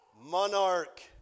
monarch